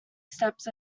steps